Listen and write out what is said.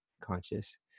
conscious